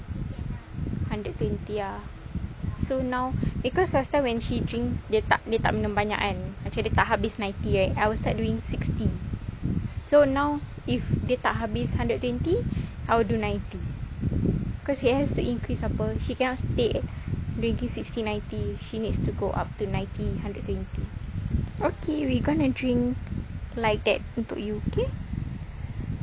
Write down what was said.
hundred twenty ah so now cause last time when she drink dia tak tak minum banyak kan macam dia tak habis ninety right I will start doing sixty so now if dia tak habis hundred twenty I will do ninety cause she has to increase apa she cannot stay sixty ninety she needs to go up to ninety hundred twenty okay we gonna drink like that untuk you okay